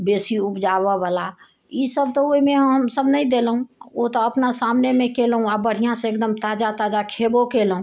बेसी उपजाबऽ बाला ई सभ तऽ ओहिमे हम सभ नहि देलहुँ ओ तऽ अपना सामनेमे केलहुँ आ बढ़िआँसँ एकदम ताजा ताजा खेबो केलहुँ